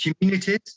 communities